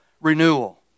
renewal